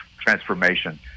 transformation